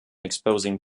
exposing